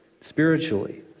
spiritually